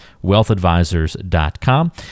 wealthadvisors.com